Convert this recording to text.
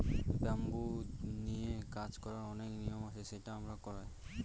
bamboo নিয়ে কাজ করার অনেক নিয়ম আছে সেটা আমরা করায়